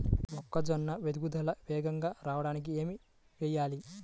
మొక్కజోన్న ఎదుగుదల వేగంగా రావడానికి ఏమి చెయ్యాలి?